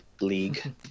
league